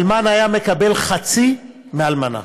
אלמן היה מקבל חצי מאלמנה,